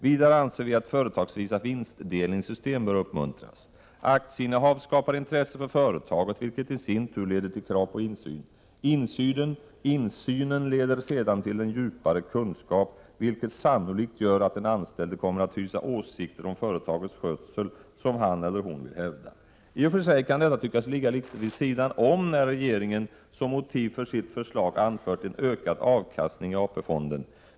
Vidare anser vi att företagsvisa vinstdelningssystem bör uppmuntras. Aktieinnehav skapar intresse för företaget, vilket i sin tur leder till krav på insyn. Insynen leder sedan till en djupare kunskap, vilket sannolikt gör att den anställde kommer att hysa åsikter om företagets skötsel som han eller hon vill hävda. I och för sig kan detta tyckas ligga litet vid sidan av när regeringen som motiv för sitt förslag har anfört en ökad avkastning i AP-fonden.